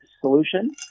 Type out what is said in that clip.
solution